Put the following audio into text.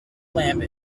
lamp